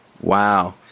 Wow